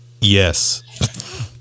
Yes